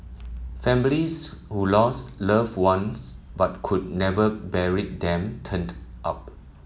families who lost loved ones but could never bury them turned up